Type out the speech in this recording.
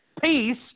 Peace